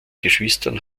geschwistern